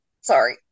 sorry